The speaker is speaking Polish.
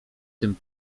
tym